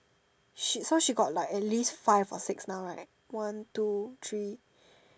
shit so she got at least five or six now right one two three